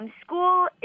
school